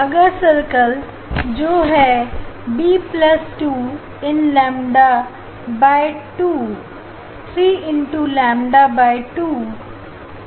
अगला सर्कल जो है B plus 2 n lambda by दो 3 लैम्डा बाय दो